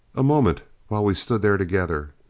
a moment, while we stood there together.